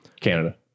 Canada